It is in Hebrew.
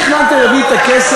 אז מאיפה תכננתם להביא את הכסף,